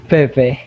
Pepe